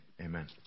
amen